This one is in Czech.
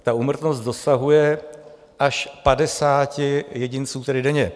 Ta úmrtnost dosahuje až 50 jedinců denně.